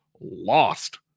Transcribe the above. lost